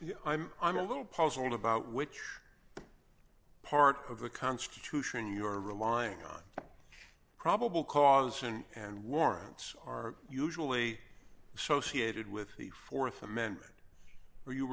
that i'm i'm a little puzzled about which part of the constitution your relying on probable cause and warrants are usually associated with the th amendment are you